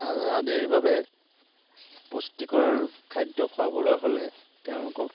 আদিৰ বাবে পুষ্টিকৰ খাদ্য খুৱাবলৈ হ'লে তেওঁলোকক